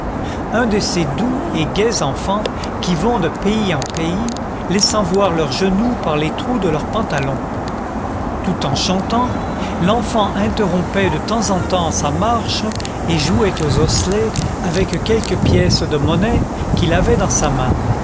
un de ces doux et gais enfants qui vont de pays en pays laissant voir leurs genoux par les trous de leur pantalon tout en chantant l'enfant interrompait de temps en temps sa marche et jouait aux osselets avec quelques pièces de monnaie qu'il avait dans sa main